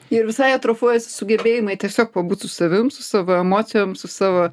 ir visai atrofuojasi sugebėjimai tiesiog pabūt su savim su savo emocijom su savo